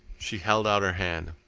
she held out her hand.